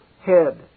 head